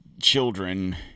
children